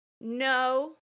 no